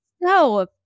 No